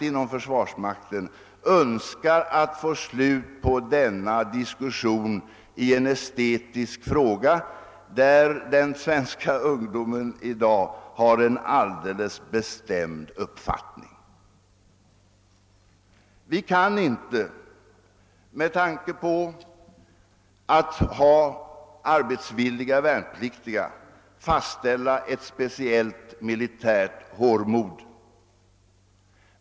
Inom försvarsmakten önskar man nämligen allmänt få slut på denna diskussion i en estetisk fråga som den svenska ungdomen i dag har en alldeles bestämd uppfattning om. Vi kan inte, med tanke på att vi måste ha arbetsvilliga värnpliktiga, fastställa ett speciellt militärt hårmode.